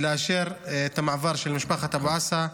ולאשר את המעבר של משפחת אבו עסא.